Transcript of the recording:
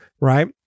right